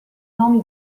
non